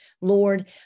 Lord